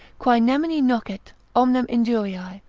quae nemini nocet, omnem injuriae,